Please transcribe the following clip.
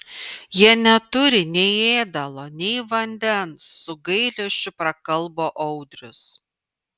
jie neturi nei ėdalo nei vandens su gailesčiu prakalbo audrius